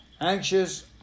anxious